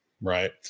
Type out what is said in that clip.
right